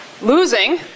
losing